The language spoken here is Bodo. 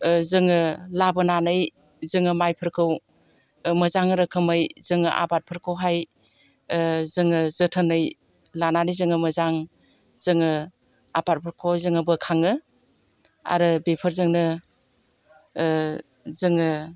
जोङो लाबोनानै जोङो माइफोरखौ मोजां रोखोमै जोङो आबादफोरखौहाय जोङो जोथोनै लानानै जोङो मोजां जोङो आबादफोरखौ जोङो बोखाङो आरो बेफोरजोंनो जोङो